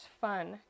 fun